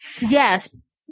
Yes